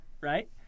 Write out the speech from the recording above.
right